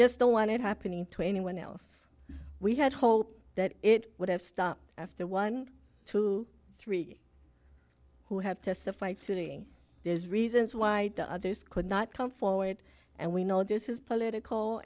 just don't want it happening to anyone else we had hoped that it would have stopped after one two three who have testified today there's reasons why the others could not come forward and we know this is political